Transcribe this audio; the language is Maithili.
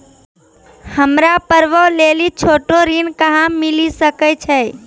हमरा पर्वो लेली छोटो ऋण कहां मिली सकै छै?